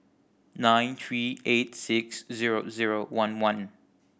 nine three eight six zero zero one one